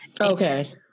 Okay